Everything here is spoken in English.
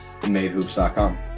madehoops.com